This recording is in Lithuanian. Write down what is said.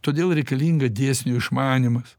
todėl reikalinga dėsnių išmanymas